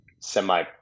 semi